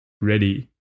ready